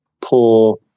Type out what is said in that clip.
poor